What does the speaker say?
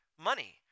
money